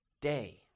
day